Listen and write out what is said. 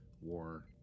war